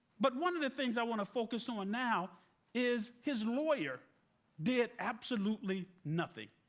but one of the things i want to focus on now is his lawyer did absolutely nothing.